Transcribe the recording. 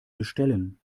bestellen